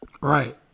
Right